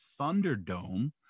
Thunderdome